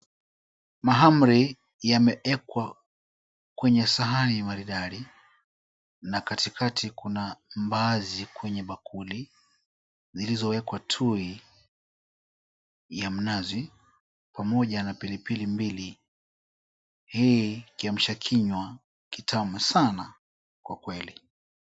Mahamri yameekwa kwenye sahani maridadi na katikati kuna mbaazi kwenye bakuli zilizowekwa tui ya mnazi pamoja na pilipili mbili. Hii ni kiamsha kinywa kitamu sana kwa kwakweli.